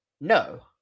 No